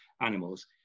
animals